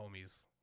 homies